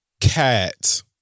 cat